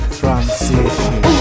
transition